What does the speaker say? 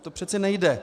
To přece nejde.